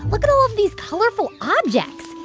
look at all of these colorful objects.